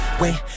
wait